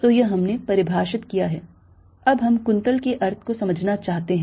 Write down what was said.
तो यह हमने परिभाषित किया है अब हम कुंतल के अर्थ को समझना चाहते हैं